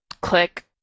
click